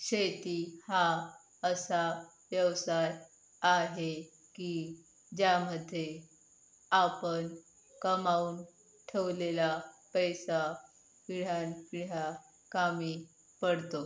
शेती हा असा व्यवसाय आहे की ज्यामध्ये आपण कमावून ठेवलेला पैसा पिढ्यानपिढ्या कामी पडतो